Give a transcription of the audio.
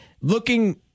Looking